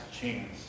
chance